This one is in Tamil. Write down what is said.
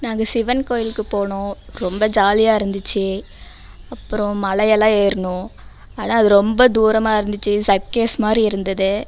நாங்கள் சிவன் கோயிலுக்குப் போனோம் ரொம்ப ஜாலியாக இருந்துச்சு அப்புறம் மலையெல்லாம் ஏறினோம் ஆனால் அது ரொம்ப தூரமாக இருந்துச்சு சப்க்கேஸ் மாதிரி இருந்தது